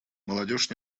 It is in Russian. молодежь